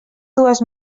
dues